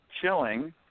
chilling